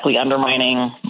undermining